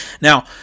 Now